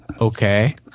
Okay